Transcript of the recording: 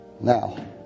Now